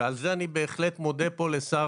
ועל זה אני בהחלט מודה פה לשר